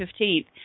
15th